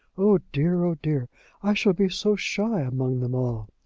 oh, dear, oh, dear i shall be so shy among them all.